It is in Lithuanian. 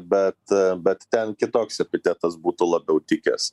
bet bet ten kitoks epitetas būtų labiau tikęs